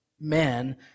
men